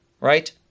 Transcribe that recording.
right